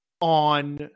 on